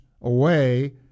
away